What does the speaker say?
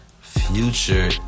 Future